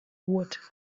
would